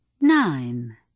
Nine